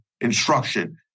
instruction